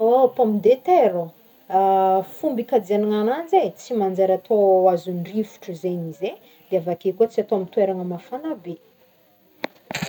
Oh pomme de terre oh, fomba hikajianagna ananjy e, tsy manjary atô ho azondrivotra zegny izy e, de avy ake koa tsy atao amy toeragna mafana be,